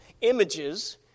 images